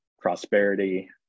prosperity